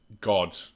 God